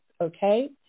okay